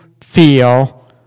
feel